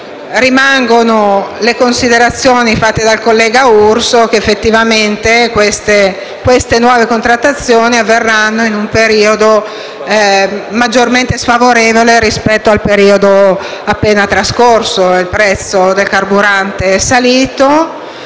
Rimangono le considerazioni fatte dal collega Urso, che effettivamente le nuove contrattazioni avverranno in un periodo maggiormente sfavorevole rispetto a quello appena trascorso: il prezzo del carburante è salito